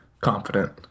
confident